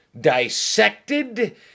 dissected